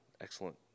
excellent